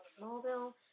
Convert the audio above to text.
Smallville